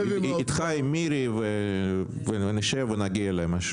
איתך ועם מירי ונגיע למשהו.